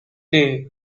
day